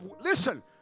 Listen